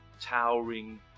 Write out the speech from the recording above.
Towering